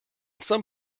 some